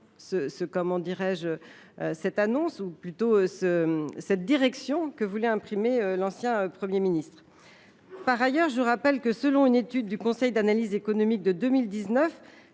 à la direction que souhaitait imprimer l’ancien Premier ministre. Par ailleurs, selon une étude du Conseil d’analyse économique de 2019,